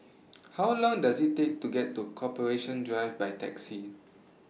How Long Does IT Take to get to Corporation Drive By Taxi